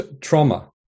trauma